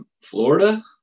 Florida